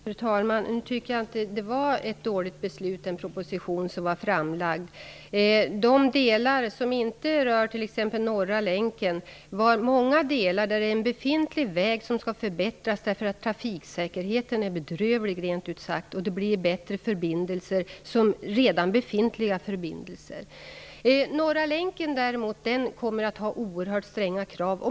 Fru talman! Jag tycker inte att den proposition som lades fram var ett dåligt beslut. Det gäller t.ex. de delar som inte rör Norra länken. De finns många delar som gäller befintlig väg som skall förbättras därför att trafiksäkerheten rent ut sagt är bedrövlig. Redan befintliga förbindelser blir bättre. När det däremot gäller Norra länken kommer det att ställas oerhört stränga krav.